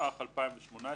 התשע"ח - 2018,